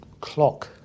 clock